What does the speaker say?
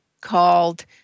called